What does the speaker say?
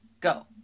go